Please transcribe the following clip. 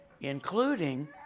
including